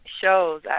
shows